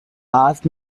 asked